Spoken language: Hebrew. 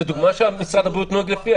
זו דוגמה שמשרד הבריאות נוהג לפיה,